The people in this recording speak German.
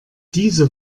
diese